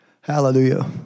Hallelujah